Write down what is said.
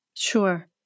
Sure